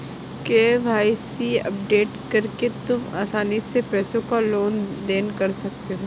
KYC update करके तुम आसानी से पैसों का लेन देन कर सकते हो